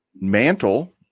Mantle